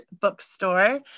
bookstore